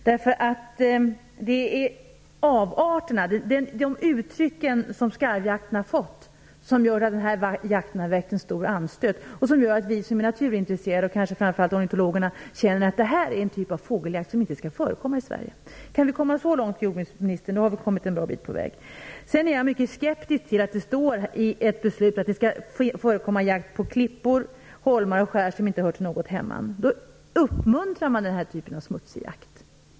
Det är avarterna och de uttryck som skarvjakten har tagit sig som gör att denna jakt har väckt en stor anstöt och som gör att vi som är naturintresserade, och framför allt ornitologerna, anser att detta är en typ av fågeljakt som inte skall få förekomma i Sverige. Kan vi komma så långt, jordbruksministern, då har vi kommit en bra bit på väg. Sedan är jag mycket skeptisk till att det står i ett beslut att det skall få förekomma jakt på klippor, holmar och skär som inte hör till något hemman. Då uppmuntrar man ju den här typen av smutsig jakt.